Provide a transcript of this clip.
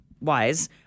wise